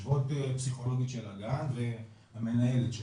יושבות פסיכולוגית של הגן והמנהלת שלה,